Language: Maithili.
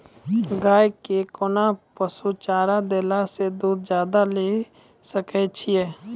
गाय के कोंन पसुचारा देला से दूध ज्यादा लिये सकय छियै?